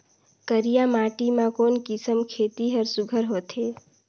करिया माटी मा कोन किसम खेती हर सुघ्घर होथे?